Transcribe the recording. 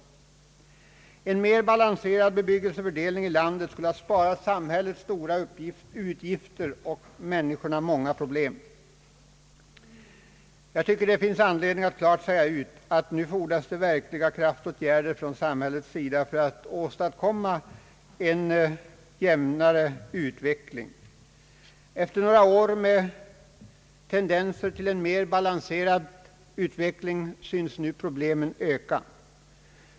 En mer balanserad bebyggelsefördelning i landet skulle ha besparat samhället stora utgifter och människorna många problem. Jag tycker det finns anledning att klart säga ut, att nu fordras det verkliga kraftåtgärder från samhällets sida för att åstadkomma en jämnare utveckling. Efter några år med tendenser till en mera balanserad utveckling synes nu problemen öka.